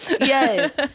Yes